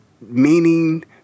meaning